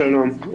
שלום.